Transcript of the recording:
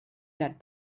get